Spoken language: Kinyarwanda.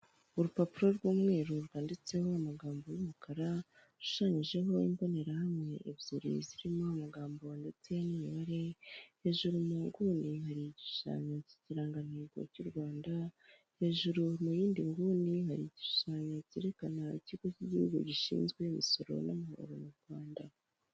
Urupapuro rw'umweru rwanditseho amagambo y'umukara ushushanyijeho imbonerahamwe ebyiri zirimo amagambo ndetse n'imibare hejuru muguni hari igishushanyo cy'ikirangagantego cy'u Rwanda hejuru mu yindi nguni hari igishushanyo cyerekana ikigo cy'igihugu gishinzwe imisoro n'amahoro mu Rwanda.